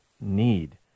need